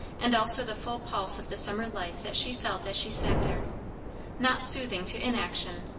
and also the full pulse of the summer life that she felt as she sat there not soothing to inaction,